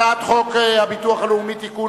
הצעת חוק הביטוח הלאומי (תיקון,